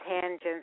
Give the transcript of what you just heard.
tangents